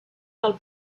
del